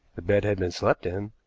the bed had been slept in,